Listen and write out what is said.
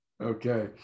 Okay